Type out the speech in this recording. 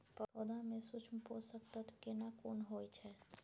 पौधा में सूक्ष्म पोषक तत्व केना कोन होय छै?